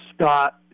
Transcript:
Scott